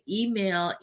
email